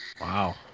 Wow